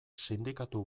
sindikatu